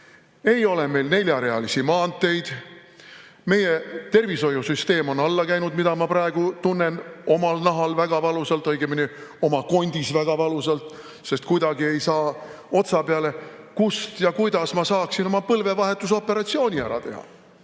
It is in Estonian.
ei ole meil neljarealisi maanteid ning meie tervishoiusüsteem on alla käinud, mida ma praegu tunnen omal nahal väga valusalt, õigemini oma kondis väga valusalt, sest kuidagi ei saa otsa peale, kus ja kuidas ma saaksin oma põlvevahetusoperatsiooni ära teha.